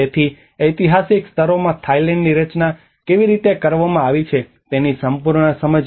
તેથી ઐતિહાસિક સ્તરોમાં થાઇલેન્ડની રચના કેવી રીતે કરવામાં આવી છે તેની સંપૂર્ણ સમજ